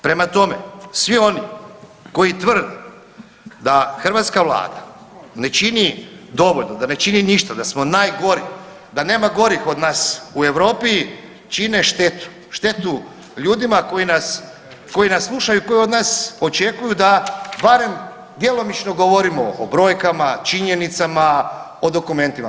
Prema tome, svi oni koji tvrde da hrvatska vlada ne čini dovoljno, da ne čini ništa, da smo najgori, da nema gorih od nas u Europi, čine štetu, štetu ljudima koji nas, koji nas slušaju i koji od nas očekuju da barem djelomično govorimo o brojkama, činjenicama, o dokumentima.